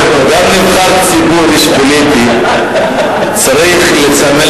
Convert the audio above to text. גם נבחר ציבור איש פוליטי צריך לסמל